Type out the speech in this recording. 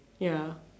ya